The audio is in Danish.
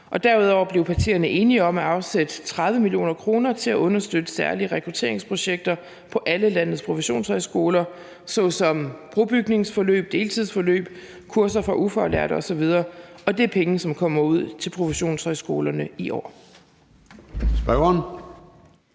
Derudover blev partierne enige om at afsætte 30 mio. kr. til at understøtte særlige rekrutteringsprojekter på alle landets professionshøjskoler såsom brobygningsforløb, deltidsforløb, kurser for ufaglærte osv., og det er penge, som kommer ud til professionshøjskolerne i år.